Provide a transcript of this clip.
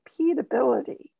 repeatability